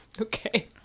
Okay